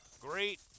Great